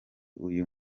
uyu